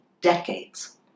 decades